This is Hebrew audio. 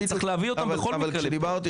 אבל צריך להביא אותם בכל מקרה לפה.